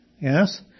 Yes